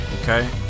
Okay